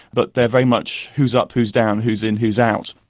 but they're very much who's up? who's down? who's in? who's out?